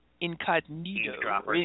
incognito